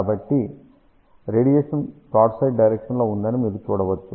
కాబట్టి radiation broadside direction లో ఉందని మీరు చూడవచ్చు